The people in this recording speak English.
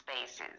spaces